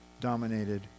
dominated